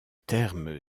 terme